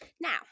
Now